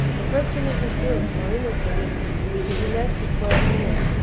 the question of his guilt or innocence was to be left to twelve men,